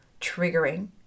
triggering